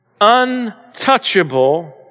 untouchable